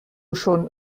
schon